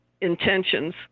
intentions